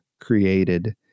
created